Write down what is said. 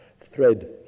thread